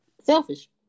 Selfish